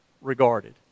regarded